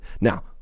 Now